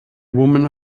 woman